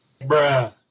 Bruh